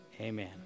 amen